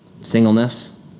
singleness